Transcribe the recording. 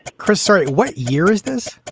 chris saari, what year is this?